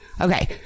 Okay